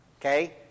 Okay